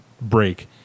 break